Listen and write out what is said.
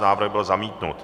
Návrh byl zamítnut.